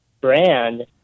brand